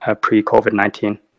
pre-COVID-19